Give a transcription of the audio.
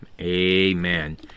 Amen